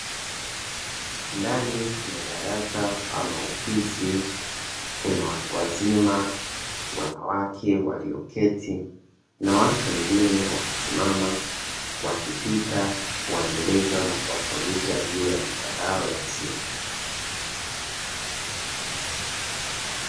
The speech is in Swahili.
Ndani ya darasa ama ofisi kuna watu wazima wanawake walioketi na watu wengine wamesimama wakipita kuwaeleza na kuwafundisha juu ya mitandao ya simu.